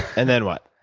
and then, what?